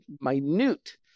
minute